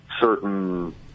certain